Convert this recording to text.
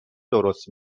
درست